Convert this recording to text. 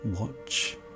Watch